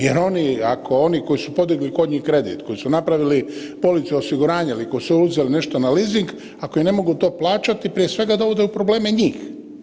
Jer oni, ako oni koji su podigli kod njih kredit koji su napravili police osiguranja ili koji su uzeli nešto na leasing ako im ne mogu to plaćati prije svega dovode u probleme njih.